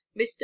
mr